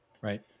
right